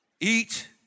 eat